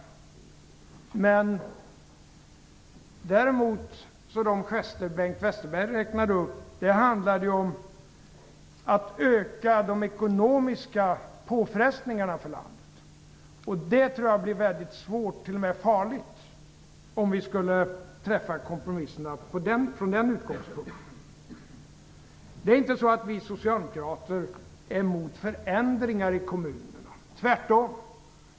Däremot handlade de gester som Bengt Westerberg räknade upp om att öka de ekonomiska påfrestningarna för landet. Jag tror att det blir väldigt svårt, t.o.m. farligt, om vi skulle träffa kompromisserna från den utgångspunkten. Det är inte så att vi socialdemokrater är mot förändringar i kommunerna - tvärtom.